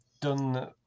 done